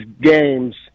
games